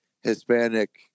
hispanic